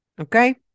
okay